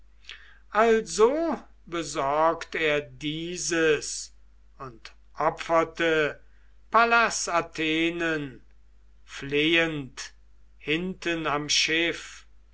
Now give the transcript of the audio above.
also besorgt er dieses und opferte pallas athenen flehend hinten am schiff